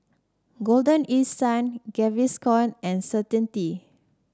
Golden East Sun Gaviscon and Certainty